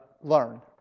learn